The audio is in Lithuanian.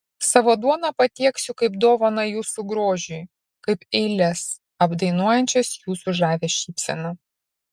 savo duoną patieksiu kaip dovaną jūsų grožiui kaip eiles apdainuojančias jūsų žavią šypseną